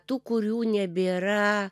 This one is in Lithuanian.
tų kurių nebėra